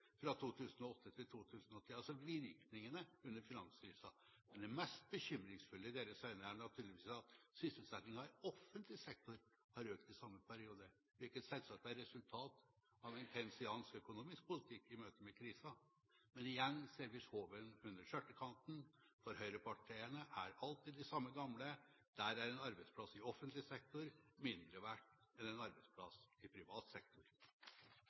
fra 2008 til 2010, altså virkningen av finanskrisen. Men det mest bekymringsfulle i deres øyne er naturligvis at sysselsettingen i offentlig sektor har økt i samme periode, hvilket selvsagt er resultatet av en keynesiansk økonomisk politikk i møte med krisen. Men igjen ser vi hoven under skjørtekanten, for høyrepartiene er alt ved det samme gamle. Der er en arbeidsplass i offentlig sektor mindre verdt enn en arbeidsplass i privat sektor.